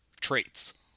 traits